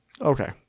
Okay